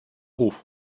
ruf